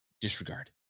disregard